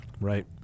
Right